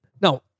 Now